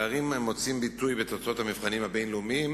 הפערים מוצאים ביטוי בתוצאות המבחנים הבין-לאומיים,